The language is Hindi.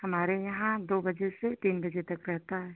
हमारे यहाँ दो बजे से तीन बजे तक रहता है